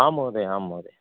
आं महोदया आं महोदया